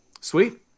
Sweet